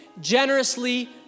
generously